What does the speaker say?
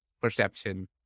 perception